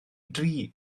dri